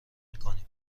میکنیم